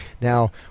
now